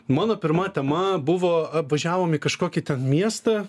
mano pirma tema buvo važiavom į kažkokį tą miestą